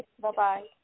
Bye-bye